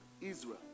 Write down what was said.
Israel